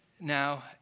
now